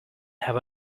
have